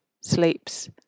sleeps